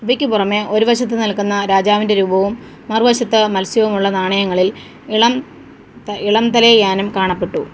ഇവയ്ക്ക് പുറമേ ഒരു വശത്ത് നിൽക്കുന്ന രാജാവിന്റെ രൂപവും മറുവശത്ത് മത്സ്യവും ഉള്ള നാണയങ്ങളിൽ ഇളം ഇളംതലയാനം കാണപ്പെട്ടു